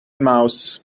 mouse